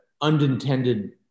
unintended